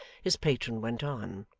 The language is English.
his patron went on